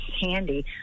handy